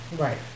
right